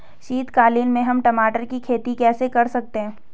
शीतकालीन में हम टमाटर की खेती कैसे कर सकते हैं?